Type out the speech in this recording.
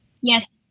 Yes